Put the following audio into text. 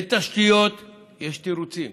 לתשתיות יש תירוצים,